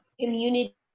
community